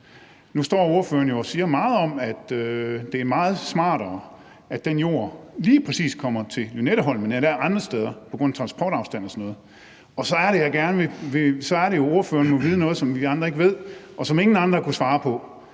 og siger meget om, at det er meget smartere, at den jord lige præcis kommer til Lynetteholmen af alle andre steder på grund af transportafstand og sådan noget. Så er det jo, ordføreren må vide noget, som vi andre ikke ved, og som ingen andre har kunnet svare på.